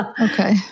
Okay